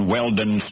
Weldon